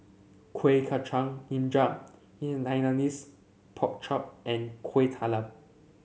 Kueh Kacang hijau in Hainanese Pork Chop and Kuih Talam